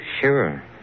Sure